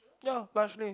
ya roughly